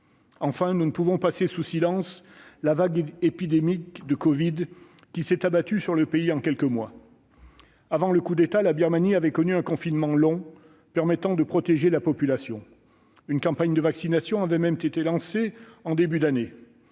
Enfin, nous ne pouvons passer sous silence la vague épidémique de covid-19 qui s'est abattue sur le pays en quelques mois. Avant le coup d'État, la Birmanie avait connu un confinement long permettant de protéger la population. Une campagne de vaccination avait même été lancée en début d'année.